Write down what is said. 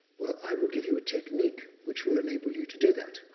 well, i will give you a technique, which will enable you to do that.